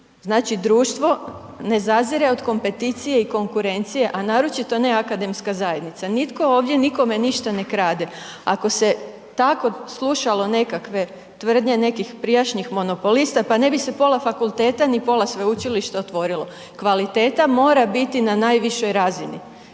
znači društvo ne zazire od kompeticije i konkurencije, a naročito ne akademska zajednica, nitko ovdje nikome ništa ne krade. Ako se tako slušalo nekakve tvrdne nekih prijašnjih monopolista pa ne bi se pola fakulteta, ni pola sveučilišta otvorilo. Kvaliteta mora biti na najvišoj razini.